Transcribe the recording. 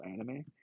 anime